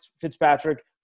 Fitzpatrick